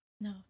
no